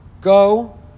go